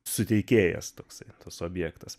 suteikėjas toksai tas objektas